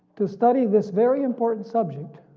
to study this very important subject